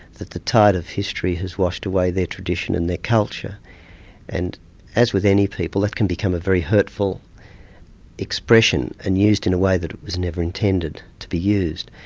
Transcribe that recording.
that the tide of history has washed away their tradition and their culture and as with any people that can become a very hurtful expression, and used in a way that it was never intended to be used.